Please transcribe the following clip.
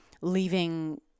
leaving